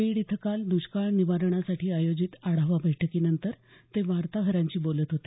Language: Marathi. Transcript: बीड इथं काल दृष्काळ निवारणासाठी आयोजित आढावा बैठकी नंतर ते वार्ताहरांशी बोलत होते